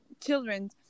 children